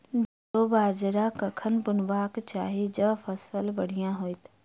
जौ आ बाजरा कखन बुनबाक चाहि जँ फसल बढ़िया होइत?